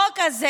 אנחנו,